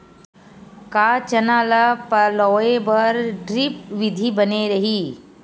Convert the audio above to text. का चना ल पलोय बर ड्रिप विधी बने रही?